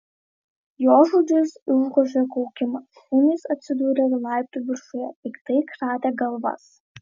jo žodžius užgožė kaukimas šunys atsidūrę laiptų viršuje piktai kratė galvas